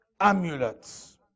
Amulets